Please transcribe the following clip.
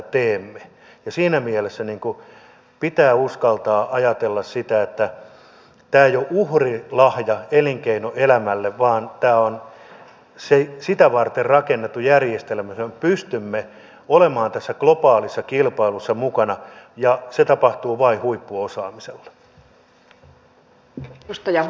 ja siinä mielessä pitää uskaltaa ajatella sitä että tämä ei ole uhrilahja elinkeinoelämälle vaan tämä on sitä varten rakennettu järjestelmä jotta me pystymme olemaan tässä globaalissa kilpailussa mukana ja se tapahtuu vain huippuosaamisella